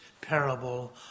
parable